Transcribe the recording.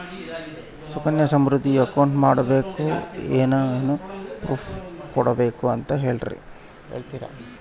Sukanya Samriddhi account ಮಾಡಿಸೋಕೆ ಏನೇನು proof ಕೊಡಬೇಕು ಅಂತ ಹೇಳ್ತೇರಾ?